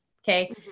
Okay